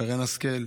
שרן השכל,